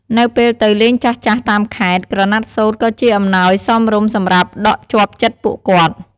នៅពេលទៅ លេងចាស់ៗតាមខេត្ត ក្រណាត់សូត្រក៏ជាអំណោយសមរម្យសម្រាប់ដក់ជាប់ចិត្តពួកគាត់។